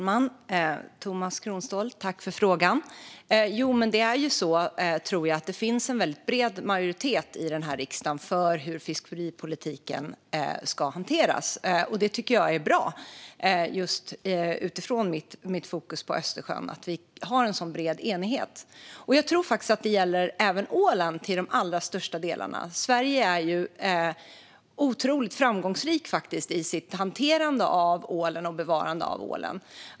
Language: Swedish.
Fru talman! Jag tackar Tomas Kronståhl för frågan. Det finns en bred majoritet i riksdagen för hur fiskeripolitiken ska hanteras, och det tycker jag är bra just utifrån mitt fokus på Östersjön. Jag tror att detta även gäller ålen. Sverige är otroligt framgångsrikt i sitt hanterande och bevarande av ålen.